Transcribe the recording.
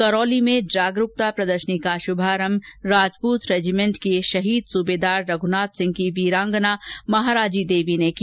करौली में जागरूकता प्रदर्शनी का शुभारंभ राजपूत रेजीमेंट के शहीद सूबेदार रघुनाथ सिंह की वीरांगना महाराजी देवी ने किया